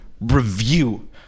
review